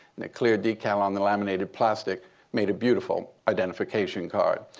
and the clear decal on the laminated plastic made a beautiful identification card.